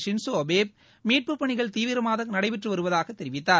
Shinzo Abe மீட்புப் பணிகள் தீவிரமாக நடைபெற்று வருவதாகத் தெரிவித்தார்